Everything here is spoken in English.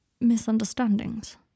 misunderstandings